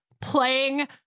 playing